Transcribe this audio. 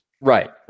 Right